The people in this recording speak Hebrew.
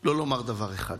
לא לומר דבר אחד: